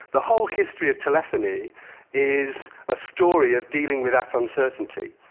the whole history of telephony is a story of dealing with that uncertainty.